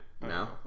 No